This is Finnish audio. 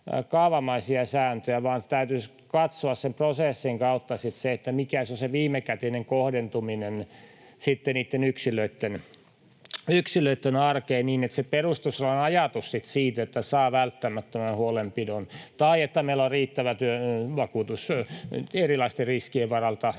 kaavamaisia sääntöjä, vaan täytyisi katsoa sen prosessin kautta sitten se, mikä on se viimekätinen kohdentuminen niitten yksilöitten arkeen niin, että se perustuslain ajatus siitä, että saa välttämättömän huolenpidon tai että meillä on riittävä vakuutus erilaisten riskien varalta,